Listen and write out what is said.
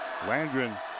Landgren